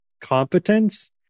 competence